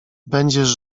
będziesz